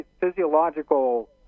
physiological